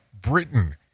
Britain